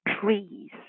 trees